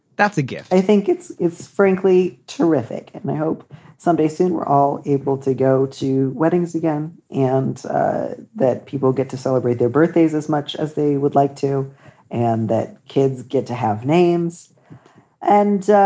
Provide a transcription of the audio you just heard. that's a gift i think it's it's frankly terrific. and i hope someday soon we're all able to go to weddings again and that people get to celebrate their birthdays as much as they would like to and that kids get to have names and